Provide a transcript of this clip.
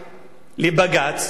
לבג"ץ,